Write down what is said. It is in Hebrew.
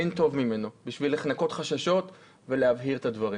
אין טוב ממנו בשביל לנקות חששות ולהבהיר את הדברים.